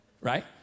right